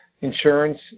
insurance